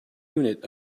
unit